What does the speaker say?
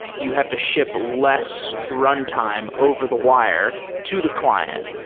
you have to ship less runtime over the wire to the client.